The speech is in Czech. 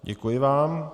Děkuji vám.